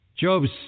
Job's